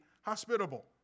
hospitable